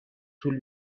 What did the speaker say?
طول